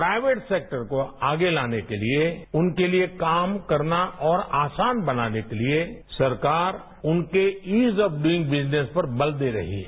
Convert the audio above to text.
private sector को आगे लाने के लिए उनके लिए काम करना और आसान बनाने के लिए ये सरकार उनके इज ऑफ ड्रइंग बिजनस पर बल दे रही है